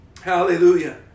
Hallelujah